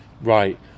Right